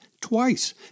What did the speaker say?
twice